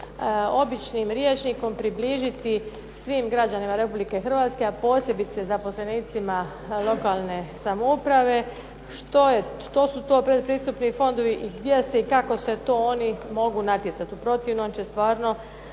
običnim rječnikom približiti svim građanima Republike Hrvatske, a posebice zaposlenicima lokalne samouprave, što su to predpristupni fondovi i gdje se i kako se to oni mogu natjecati. U protivnom će stvarno